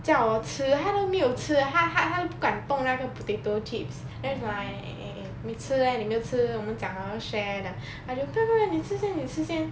叫我吃他都没有吃他他他都不敢动那个 potato chips then it's like 没吃 meh 你没有吃我们讲好要 share 他讲不用不用你吃先